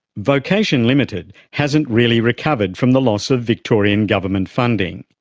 vocation ltd hasn't really recovered from the loss of victorian government funding.